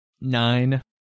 Nine